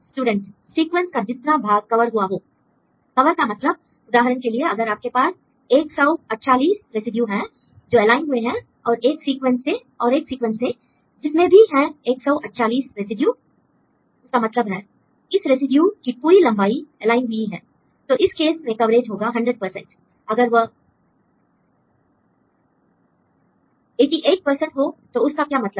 student sequence का जितना भाग कवर हुआ हो l कवर का मतलब उदाहरण के लिए अगर आपके पास 148 रेसिड्यू हैं जो एलाइन हुए हैं और एक सीक्वेंस से जिसमें भी हैं 148 रेसिड्यू उसका मतलब है इस रेसिड्यू की पूरी लंबाई एलाइन हुई है तो इस केस में कवरेज होगा हंड्रेड परसेंट l अगर वह 88 परसेंट हो तो उसका क्या मतलब है